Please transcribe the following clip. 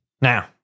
Now